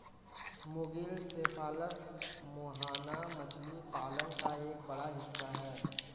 मुगिल सेफालस मुहाना मछली पालन का एक बड़ा हिस्सा है